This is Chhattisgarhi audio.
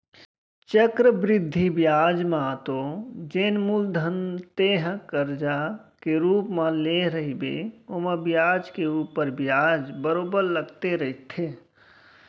चक्रबृद्धि बियाज म तो जेन मूलधन तेंहा करजा के रुप म लेय रहिबे ओमा बियाज के ऊपर बियाज बरोबर लगते रहिथे